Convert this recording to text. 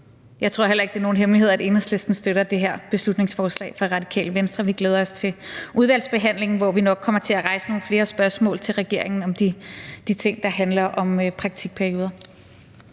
Jeg tror heller ikke, det er nogen hemmelighed, at Enhedslisten støtter det her beslutningsforslag fra Radikale Venstre. Vi glæder os til udvalgsbehandlingen, hvor vi nok kommer til at rejse nogle flere spørgsmål til regeringen om de ting, der handler om praktikperioder.